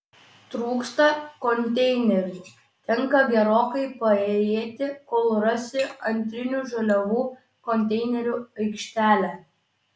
trūksta konteinerių tenka gerokai paėjėti kol rasi antrinių žaliavų konteinerių aikštelę